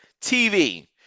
TV